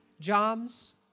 jobs